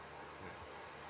mm